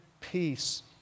peace